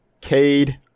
Cade